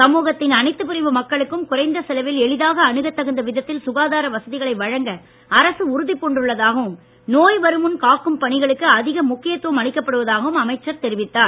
சமூகத்தின் அனைத்து பிரிவு மக்களுக்கும் குறைந்த செலவில் எளிதாக அணுக தகுந்த விதத்தில் சுகாதார வசதிகளை வழங்க அரசு உறுதி பூண்டுள்ளதாகவும் நோய் வருமுன் காக்கும் பணிகளுக்கு அதிக முக்கியத்துவம் அளிக்கப்படுவதாகவும் அமைச்சர் தெரிவித்தார்